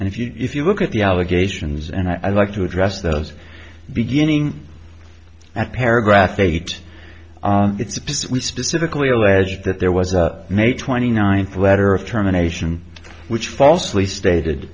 and if you if you look at the allegations and i'd like to address those beginning at paragraph eight it's specifically alleged that there was a may twenty ninth letter of terminations which falsely stated